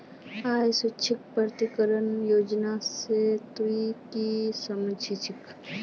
आइर स्वैच्छिक प्रकटीकरण योजना से तू की समझ छि